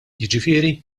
jiġifieri